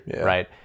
right